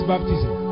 Baptism